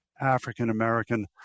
African-American